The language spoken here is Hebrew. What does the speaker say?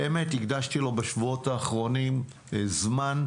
באמת הקדשתי לו בשבועות האחרונים זמן,